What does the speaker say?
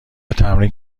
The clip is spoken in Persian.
تمرین